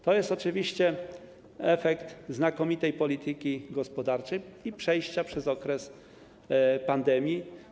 To jest oczywiście efekt znakomitej polityki gospodarczej i odpowiedniego przejścia przez okres pandemii.